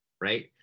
right